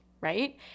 right